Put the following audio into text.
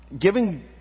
giving